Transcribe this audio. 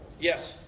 Yes